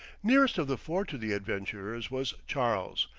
nearest of the four to the adventurers was charles,